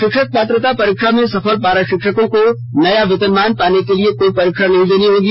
शिक्षक पात्रता परीक्षा में सफल पारा शिक्षकों को नया वेतनमान पाने के लिए कोई परीक्षा नहीं देनी होगी